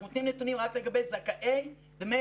אנחנו נותנים נתונים רק לגבי זכאי דמי